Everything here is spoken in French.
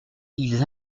ils